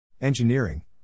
Engineering